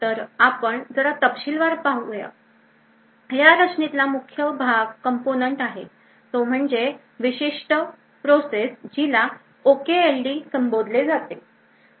तर आपण जरा तपशीलवार पाहूयात या रचनेतला मुख्य भाग आहे तो म्हणजे विशिष्ट प्रोसेस ज्याला OKLD असे संबोधले जाते